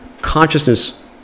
consciousness